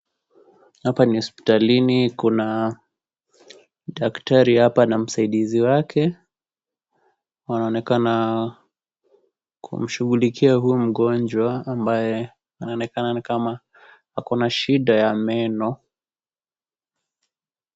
Hapa ni hospitalini kuna, daktari hapa na msaidizi wake wanaonekana kumshughulikia huyu mgonjwa ambaye, anaonekana ni kama akona shida ya meno.